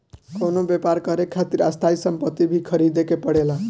कवनो व्यापर करे खातिर स्थायी सम्पति भी ख़रीदे के पड़ेला